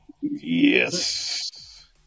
yes